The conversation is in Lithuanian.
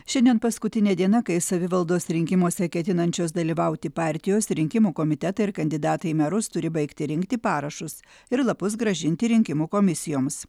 šiandien paskutinė diena kai savivaldos rinkimuose ketinančios dalyvauti partijos rinkimų komitetai ir kandidatai į merus turi baigti rinkti parašus ir lapus grąžinti rinkimų komisijoms